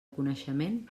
coneixement